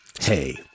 hey